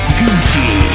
gucci